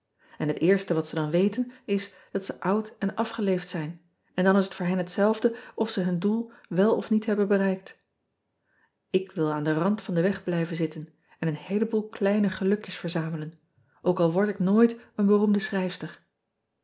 n het eerste wat ze dan weten is dat ze oud en afgeleefd zijn en dan is het voor hen hetzelfde of ze hun doel wel of niet hebben bereikt k wil aan den rand van den weg blijven zitten en een heeleboel kleine gelukjes verzamelen ook al word ik nooit een eroemde chrijfster